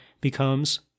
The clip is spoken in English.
becomes